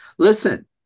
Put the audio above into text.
Listen